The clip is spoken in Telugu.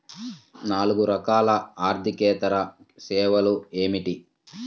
నాలుగు రకాల ఆర్థికేతర సేవలు ఏమిటీ?